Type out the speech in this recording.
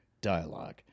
dialogue